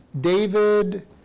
David